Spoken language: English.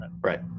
right